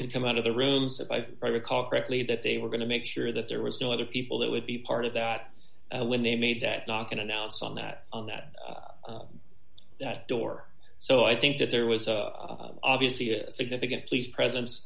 can come out of the room if i recall correctly that they were going to make sure that there was no other people that would be part of that when they made that knock and announce on that on that door so i think that there was a obviously significant police presence